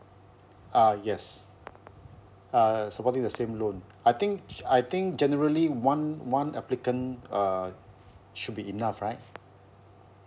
uh yes uh supporting the same loan I think I think generally one one applicant uh should be enough right